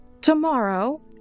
tomorrow